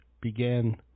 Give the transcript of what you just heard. began